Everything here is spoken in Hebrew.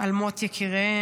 על מות יקיריהן.